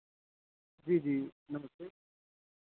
जी जी नमस्ते